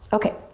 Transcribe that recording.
okay,